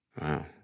Wow